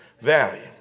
Value